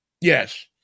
Yes